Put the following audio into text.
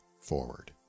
forward